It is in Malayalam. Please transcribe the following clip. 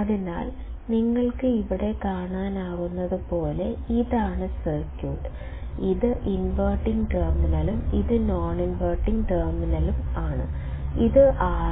അതിനാൽ നിങ്ങൾക്ക് ഇവിടെ കാണാനാകുന്നതുപോലെ ഇതാണ് സർക്യൂട്ട് ഇത് ഇൻവെർട്ടിംഗ് ടെർമിനലും ഇത് നോൺഇൻവർട്ടിംഗ് ടെർമിനലും ആണ് ഇത്